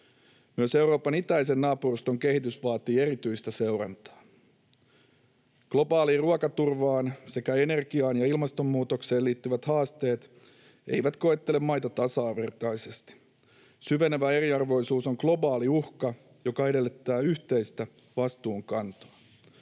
Myös Euroopan itäisen naapuruston kehitys vaatii erityistä seurantaa. Globaaliin ruokaturvaan sekä energiaan ja ilmastonmuutokseen liittyvät haasteet eivät koettele maita tasavertaisesti. Syvenevä eriarvoisuus on globaali uhka, joka edellyttää yhteistä vastuunkantoa.